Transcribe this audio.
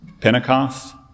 Pentecost